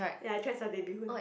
ya I tried satay bee hoon